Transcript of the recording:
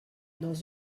dans